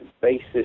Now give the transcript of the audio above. basis